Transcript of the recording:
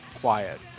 quiet